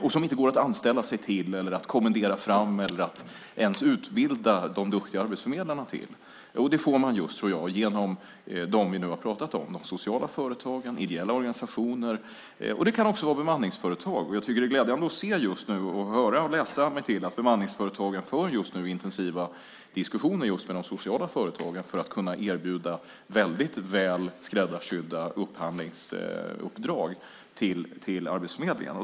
Det går inte att anställa sig till, kommendera fram eller ens utbilda de duktiga arbetsförmedlarna till. Det tror jag att man får genom dem vi nyss har talat om, de sociala företagen, ideella organisationer och också bemanningsföretag. Jag kan just nu höra och läsa mig till att bemanningsföretagen är i intensiva diskussioner med de sociala företagen för att kunna erbjuda väldigt väl skräddarsydda upphandlingsuppdrag till Arbetsförmedlingen.